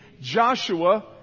Joshua